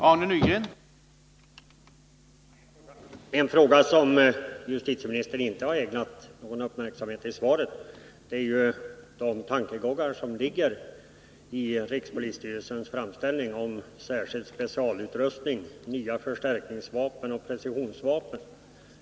Herr talman! En fråga som justitieministern inte ägnat någon uppmärksamhet i svaret är tankegångarna bakom rikspolisstyrelsens framställning om en särskild specialutrustning, nya förstärkningsvapen och precisionsvapen.